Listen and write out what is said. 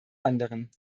anderen